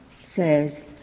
says